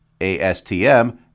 ASTM